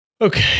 Okay